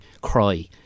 cry